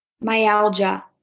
myalgia